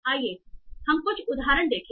आइए हम कुछ उदाहरण देखें